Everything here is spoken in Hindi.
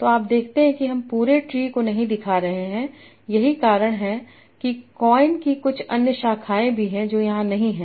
तो आप देखते हैं हम पूरे ट्री को नहीं दिखा रहे हैं यही कारण है कि कॉइन की कुछ अन्य शाखाएं भी हैं जो यहां नहीं हैं